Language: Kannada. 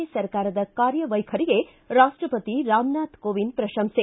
ಎ ಸರ್ಕಾರದ ಕಾರ್ಯ ವೈಖರಿಗೆ ರಾಷ್ಟಪತಿ ರಾಮನಾಥ ಕೋವಿಂದ್ ಪ್ರಶಂಸೆ